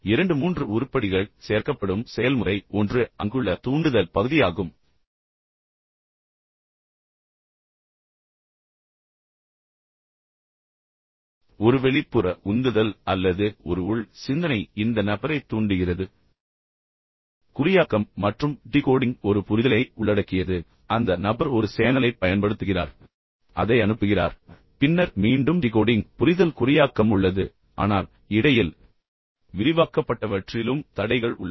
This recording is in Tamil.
இரண்டு மூன்று உருப்படிகள் சேர்க்கப்படும் செயல்முறை ஒன்று அங்குள்ள தூண்டுதல் பகுதியாகும் ஒரு வெளிப்புற உந்துதல் அல்லது ஒரு உள் சிந்தனை இந்த நபரை தூண்டுகிறது பின்னர் குறியாக்கம் மற்றும் டிகோடிங் ஒரு புரிதலை உள்ளடக்கியது பின்னர் அந்த நபர் ஒரு சேனலைப் பயன்படுத்துகிறார் மற்றும் அதை அனுப்புகிறார் பின்னர் மீண்டும் டிகோடிங் புரிதல் குறியாக்கம் உள்ளது ஆனால் இடையில் விரிவாக்கப்பட்டவற்றிலும் தடைகள் உள்ளன